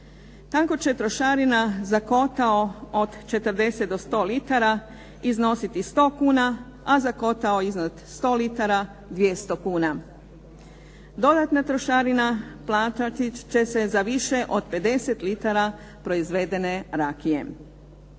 Tako će trošarina za kotao od 40 do 100 litara iznositi 100 kuna, a za kotao iznad 100 litara, 200 kuna. Dodatna trošarina plaćati će se za više od 50 litara proizvedene rakije.